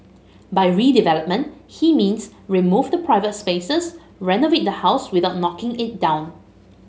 by redevelopment he means remove the private spaces renovate the house without knocking it down